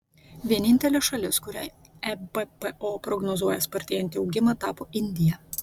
vienintelė šalis kuriai ebpo prognozuoja spartėjantį augimą tapo indija